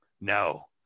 no